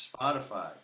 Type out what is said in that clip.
Spotify